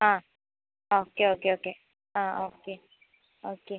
ആ okay okay okay ആ okay okay